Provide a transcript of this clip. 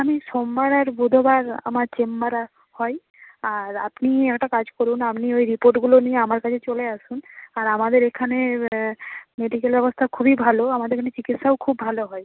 আমি সোমবার আর বুধবার আমার চেম্বার হয় আর আপনি একটা কাজ করুন আপনি ওই রিপোর্টগুলো নিয়ে আমার কাছে চলে আসুন আর আমাদের এখানে মেডিকেল ব্যবস্থা খুবই ভালো আমাদের চিকিৎসাও খুব ভালো হয়